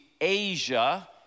Asia